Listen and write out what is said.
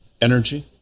Energy